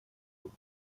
быть